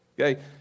Okay